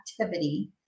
activity